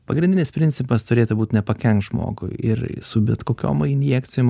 pagrindinis principas turėtų būt nepakenkt žmogui ir su bet kokiom injekcijom